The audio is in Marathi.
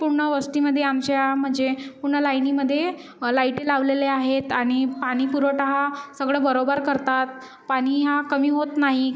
पूर्ण वस्तीमध्ये आमच्या म्हणजे पूर्ण लाईनीमध्ये लाईटी लावलेल्या आहेत आणि पाणीपुरवठा हा सगळं बरोबर करतात पाणी हा कमी होत नाही